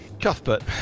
Cuthbert